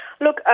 Look